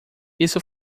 isso